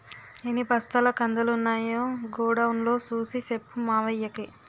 ఎన్ని బస్తాల కందులున్నాయో గొడౌన్ లో సూసి సెప్పు మావయ్యకి